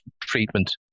treatment